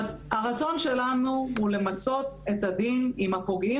הרצון שלנו הוא למצות את הדין עם הפוגעים